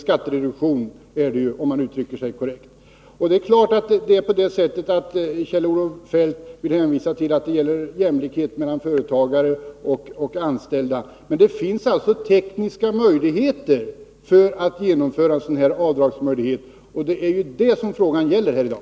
Det är klart att Kjell-Olof Feldt vill hänvisa till att det gäller jämlikhet mellan företagare och anställda, men det finns alltså tekniska möjligheter att genomföra en avdragsrätt. Och det är det frågan gäller i dag.